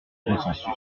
consensus